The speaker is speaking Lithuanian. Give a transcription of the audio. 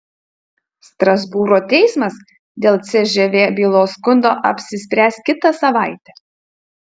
strasbūro teismas dėl cžv bylos skundo apsispręs kitą savaitę